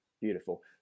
beautiful